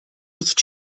nicht